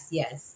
yes